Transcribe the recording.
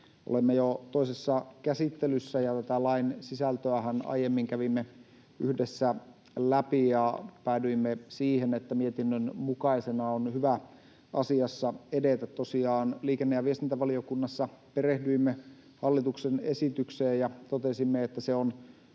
Olemme jo toisessa käsittelyssä. Tätä lain sisältöähän aiemmin kävimme yhdessä läpi ja päädyimme siihen, että mietinnön mukaisena on hyvä asiassa edetä. Tosiaan liikenne‑ ja viestintävaliokunnassa perehdyimme hallituksen esitykseen ja totesimme, että se on